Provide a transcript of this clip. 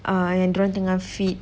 uh yang dia orang tengah feed